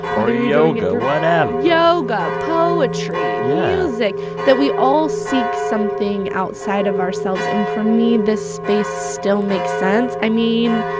or yoga, whatever yoga, poetry, music. yeah like that we all seek something outside of ourselves and for me, this space still makes sense. i mean,